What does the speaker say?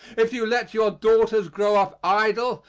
if you let your daughters grow up idle,